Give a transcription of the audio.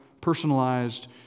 personalized